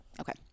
Okay